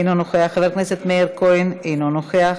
אינו נוכח, חבר הכנסת מאיר כהן, אינו נוכח.